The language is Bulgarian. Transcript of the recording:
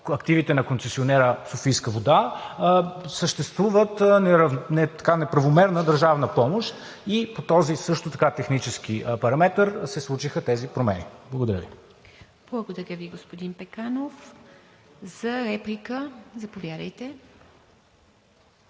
активите на концесионера „Софийска вода“, съществува неправомерна държавна помощ и по този също така технически параметър се случиха тези промени. Благодаря Ви. ПРЕДСЕДАТЕЛ ИВА МИТЕВА: Благодаря Ви, господин Пеканов. За реплика – заповядайте.